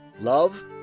love